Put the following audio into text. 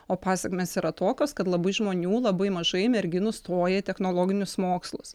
o pasekmės yra tokios kad labai žmonių labai mažai merginų stoja į technologinius mokslus